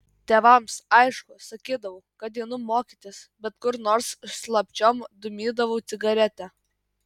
tėvams aišku sakydavau kad einu mokytis bet kur nors slapčiom dūmydavau cigaretę